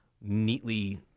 neatly